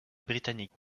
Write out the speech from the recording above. britannique